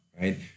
right